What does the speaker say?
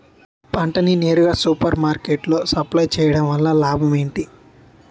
పంట ని నేరుగా సూపర్ మార్కెట్ లో సప్లై చేయటం వలన లాభం ఏంటి?